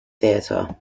theater